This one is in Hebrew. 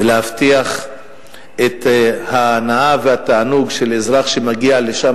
ולהבטיח את ההנאה והתענוג של אזרח שמגיע לשם